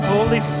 Holy